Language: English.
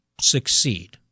succeed